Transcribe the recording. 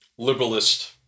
liberalist